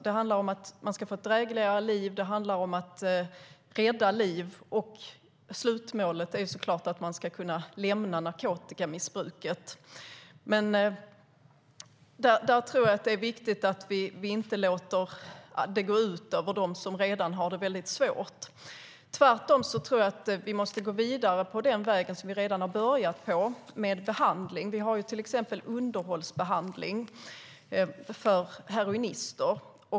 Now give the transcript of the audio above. Det handlar om att de ska få ett drägligare liv. Det handlar om att rädda liv. Slutmålet är såklart att de ska kunna lämna narkotikamissbruket. Jag tror att det är viktigt att vi inte låter det gå ut över dem som redan har det väldigt svårt. Tvärtom tror jag att vi måste gå vidare på den väg som vi redan har börjat på, med behandling. Vi har till exempel underhållsbehandling för heroinister.